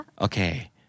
Okay